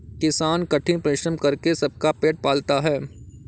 किसान कठिन परिश्रम करके सबका पेट पालता है